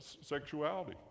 sexuality